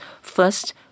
first